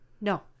No